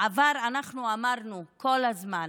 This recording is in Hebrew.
בעבר אנחנו אמרנו כל הזמן: